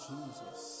Jesus